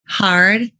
Hard